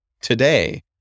today